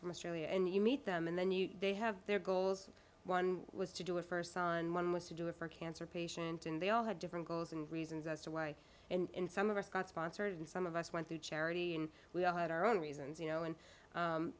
from australia and you meet them and then you they have their goals one was to do a first on one was to do it for cancer patient and they all have different goals and reasons as to why and some of us got sponsored some of us went through charity and we all had our own reasons you know and